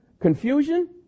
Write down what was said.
confusion